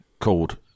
called